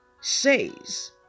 says